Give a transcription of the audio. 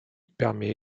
permet